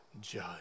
judge